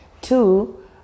Two